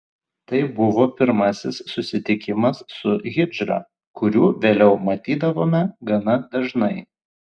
tai buvo pirmasis susitikimas su hidžra kurių vėliau matydavome gana dažnai